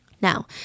Now